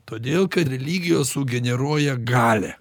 todėl kad religijos sugeneruoja galią